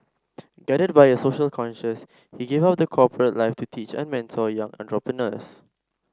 guided by a social conscience he gave up the corporate life to teach and mentor young entrepreneurs